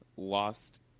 lost